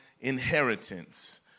inheritance